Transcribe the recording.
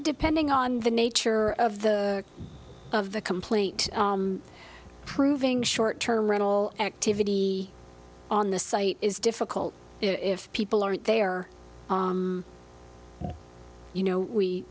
depending on the nature of the of the complete proving short term rental activity on the site is difficult if people aren't there you know we